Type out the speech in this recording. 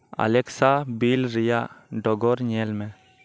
ᱟᱞᱮᱠᱥᱟ bill ᱨᱮᱭᱟᱜ ᱰᱚᱜᱚᱨ ᱧᱮᱞ ᱢᱮ